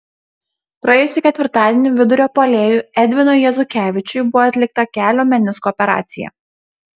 praėjusį ketvirtadienį vidurio puolėjui edvinui jezukevičiui buvo atlikta kelio menisko operacija